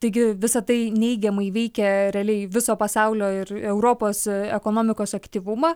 taigi visa tai neigiamai veikia realiai viso pasaulio ir europos ekonomikos aktyvumą